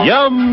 Yum